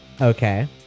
okay